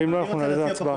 ואם לא, נעלה את זה להצבעה.